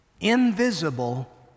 invisible